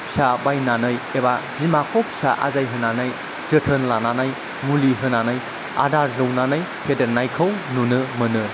फिसा बायनानै एबा बिमाखौ फिसा आजायहोनानै जोथोन लानानै मुलि होनानै आदार दौनानै फेदेरनायखौ नुनो मोनो